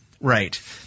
Right